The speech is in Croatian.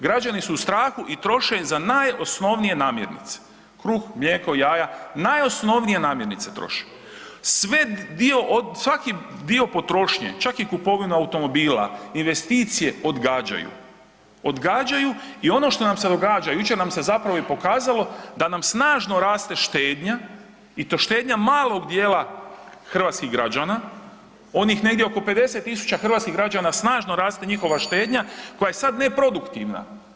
Građani su u strahu i troše za najosnovnije namirnice kruh, mlijeko, jaja, najosnovnije namirnice troše sve dio od, svaki dio potrošnje čak i kupovina automobila, investicije, odgađaju, odgađaju i ono što nam se događa jučer nam se zapravo i pokazalo da nam snažno raste štednja i to štednja malog dijela hrvatskih građana onih negdje oko 50.000 hrvatskih građana snažno raste njihova štednja koja je sad neproduktivna.